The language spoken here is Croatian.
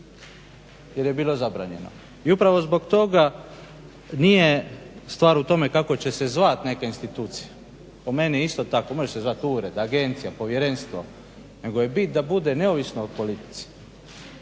je bilo zabranjeno. I upravo zbog toga nije stvar u tome kako će se zvati neke institucije, po meni isto tako može se zvati ured, agencija, povjerenstvo nego je bit da bude neovisno o politici.